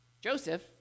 Joseph